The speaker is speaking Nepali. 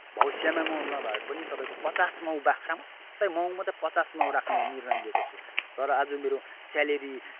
भविष्यमा म नभएको पनि तपाईँको पचास माउ बाख्रा मात्रै माउ मात्रै माउ मात्रै पचास माउ राख्ने निर्णय लिएको छु तर आज मेरो स्यालरी